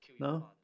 No